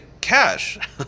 cash